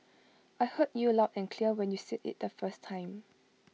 I heard you loud and clear when you said IT the first time